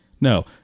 No